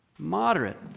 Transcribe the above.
Moderate